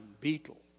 Beetle